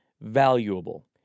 valuable